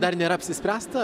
dar nėra apsispręsta